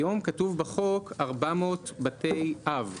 היום כתוב בחוק 400 בתי אב.